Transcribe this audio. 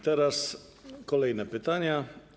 Teraz kolejne pytanie.